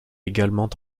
également